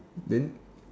then